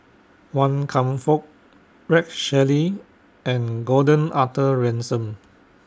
Wan Kam Fook Rex Shelley and Gordon Arthur Ransome